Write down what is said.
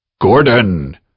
Gordon